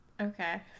Okay